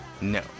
No